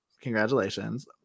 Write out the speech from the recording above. Congratulations